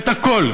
את הכול,